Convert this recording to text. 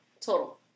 Total